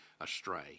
astray